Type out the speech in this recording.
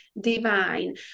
divine